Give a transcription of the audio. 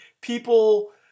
people